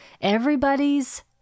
everybody's